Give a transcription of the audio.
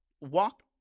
walk